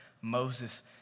Moses